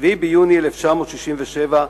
7 ביוני 1967,